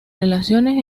relaciones